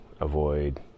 avoid